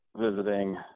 visiting